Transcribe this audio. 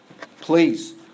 Please